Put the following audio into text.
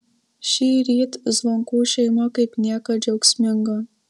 šįryt zvonkų šeima kaip niekad džiaugsminga